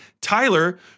tyler